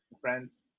friends